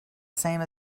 same